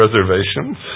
reservations